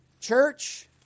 church